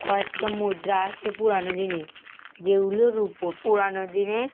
কয়েকটা মুদ্রা আছে পুরনো দিনের যেগুলো রুপোর পুরনো দিনের